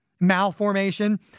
malformation